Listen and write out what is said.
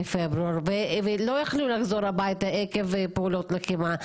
ולא יכלו לחזור הביתה עקב פעולות לחימה,